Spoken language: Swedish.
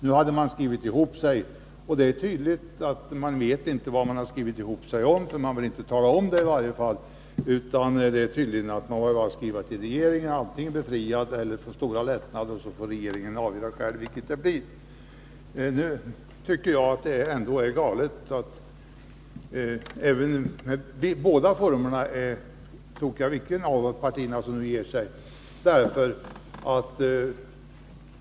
Nu har man skrivit ihop sig, och det är tydligt att man inte vet vad man skrivit ihop sig om — man vill i varje fall inte tala om det. Antingen vill man skriva till regeringen och begära att det skall vara skattebefrielse eller också skall det vara stora lättnader. Sedan får regeringen själv avgöra vilketdera det blir. Jag tycker att båda formerna är lika tokiga, vilket parti som än ger sig.